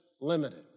limited